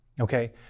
okay